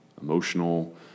emotional